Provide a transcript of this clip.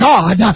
God